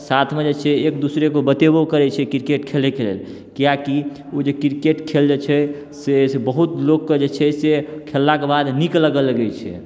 साथमे जे छै एक दूसरे कऽ बतेबो करैत छै क्रिकेट खेलैके लेल किआकि ओ जे क्रिकेट खेल जे छै से बहुत लोग कऽ जे छै से खेललाके बाद नीक लागऽ लगैत छै